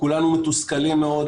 כולנו מתוסכלים מאוד,